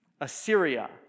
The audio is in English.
Assyria